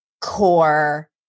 core